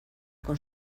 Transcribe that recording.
con